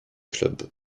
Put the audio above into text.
club